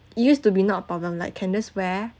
it used to be not a problem like can just wear